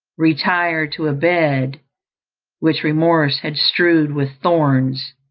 retire to a bed which remorse had strewed with thorns,